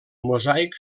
mosaic